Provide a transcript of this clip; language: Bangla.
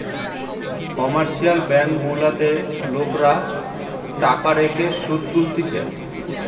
কমার্শিয়াল ব্যাঙ্ক গুলাতে লোকরা টাকা রেখে শুধ তুলতিছে